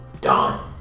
done